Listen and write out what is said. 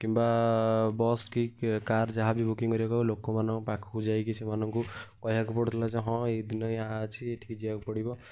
କିମ୍ବା ବସ୍ କି କାର୍ ଯାହା ବି ବୁକିଂ କରିବାକୁ ହେବ ଲୋକମାନଙ୍କ ପାଖକୁ ଯାଇକି ସେମାନଙ୍କୁ କହିବାକୁ ପଡୁଥିଲା ଯେ ହଁ ଏଇ ଦିନ ଏୟା ଅଛି ଏଠିକି ଯିବାକୁ ପଡ଼ିବ